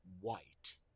white